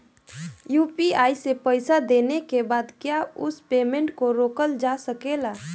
UPI से पईसा देने के बाद क्या उस पेमेंट को रोकल जा सकेला?